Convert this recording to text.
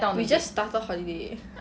you just started holiday